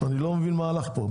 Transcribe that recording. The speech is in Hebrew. אני לא מבין מה הולך פה.